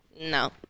No